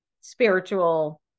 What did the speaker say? spiritual